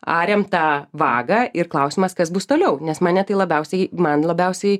arėm tą vagą ir klausimas kas bus toliau nes mane tai labiausiai man labiausiai